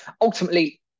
ultimately